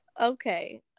Okay